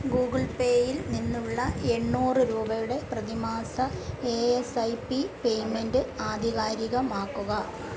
Google പേയിൽ നിന്നുള്ള എണ്ണൂറ് രൂപയുടെ പ്രതിമാസ ഏഎസ്സൈപ്പീ പേയ്മെൻറ്റ് ആധികാരികമാക്കുക